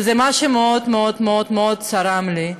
וזה משהו שמאוד מאוד מאוד מאוד צרם לי,